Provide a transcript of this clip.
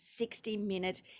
60-minute